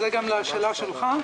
זה גם לשאלה שלך,